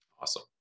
Awesome